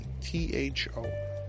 T-H-O